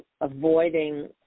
avoiding